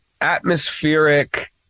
atmospheric